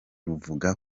ruvuga